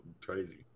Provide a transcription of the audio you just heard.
crazy